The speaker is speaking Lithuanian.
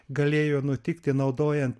galėjo nutikti naudojant